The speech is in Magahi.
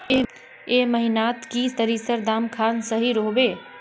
ए महीनात की सरिसर दाम खान सही रोहवे?